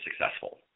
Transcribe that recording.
successful